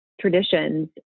traditions